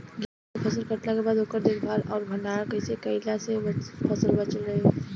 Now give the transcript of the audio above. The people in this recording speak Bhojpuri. गेंहू के फसल कटला के बाद ओकर देखभाल आउर भंडारण कइसे कैला से फसल बाचल रही?